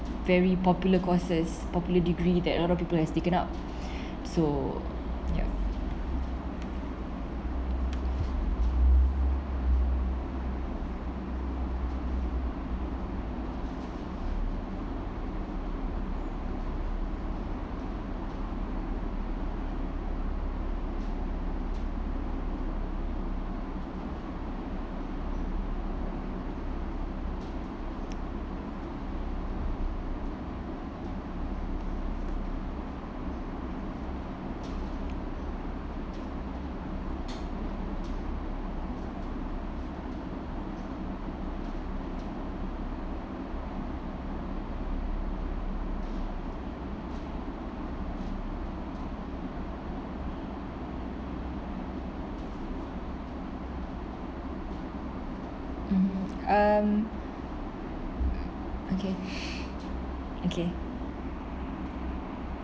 very popular courses popular degree that other people has taken up so ya mmhmm um okay okay